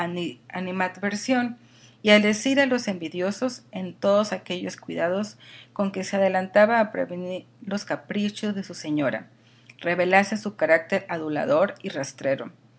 animadversión y al decir a los envidiosos en todos aquellos cuidados con que se adelantaba a prevenir los caprichos de su señora revelase su carácter adulador y rastrero